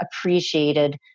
appreciated